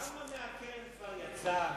כמה מהקרן כבר יצא?